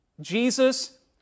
Jesus